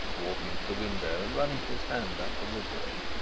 walking to the window and running his hand up the woodwork.